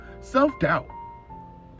Self-doubt